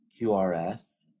QRS